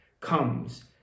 comes